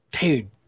dude